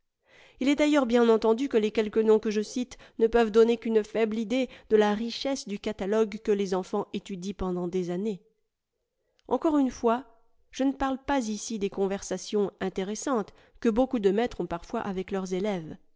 il est d'ailleurs bien entendu que les quelques noms que je cite ne peuvent donner qu'une faible idée de la richesse du catalogue que les enfants étudient pendant des années encore une fois je ne parle pas ici des conversations intéressantes que beaucoup de maîtres ont parfois avec leurs élèves